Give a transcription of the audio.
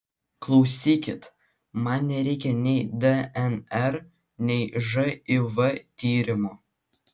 klausykit man nereikia nei dnr nei živ tyrimo